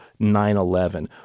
9-11